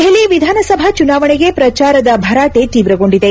ದೆಹಲಿ ವಿಧಾನಸಭಾ ಚುನಾವಣೆಗೆ ಪ್ರಚಾರದ ಭರಾಟೆ ತೀವ್ರಗೊಂಡಿದೆ